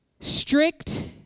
strict